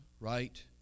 right